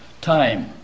time